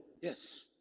Yes